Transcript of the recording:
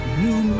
new